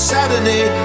Saturday